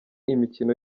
imikino